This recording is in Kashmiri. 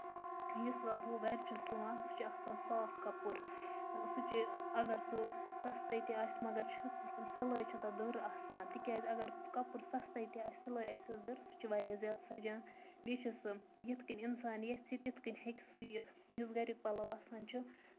یُس وۄنۍ ہُہ گرِ چھِ سُوان سُہ چھُ آسان صاف کَپُر سُہ چھُ اَگر سُہ سَستَے تہِ آسہِ مَگر سِلٲے چھےٚ تَتھ دٔر آسان تِکیازِ اَگر کَپُر سَستٕے تہِ آسہِ سِلٲے آسیس دٔر سُہ چھُ واریاہ زیادٕ سَجان بیٚیہِ چھُ سُہ یِتھ کٔنۍ اِنسان ییٚژھِ تِتھ کٔنۍ ہیٚکہِ سُوِتھ یُس گرِ پَلو آسان چھُ